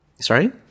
Sorry